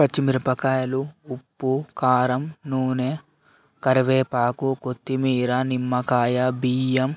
పచ్చిమిరపకాయలు ఉప్పు కారం నూనె కరివేపాకు కొత్తిమీర నిమ్మకాయ బియ్యం